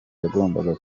yagombaga